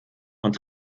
und